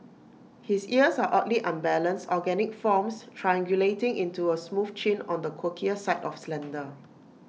his ears are oddly unbalanced organic forms triangulating into A smooth chin on the quirkier side of slender